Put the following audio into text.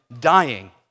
dying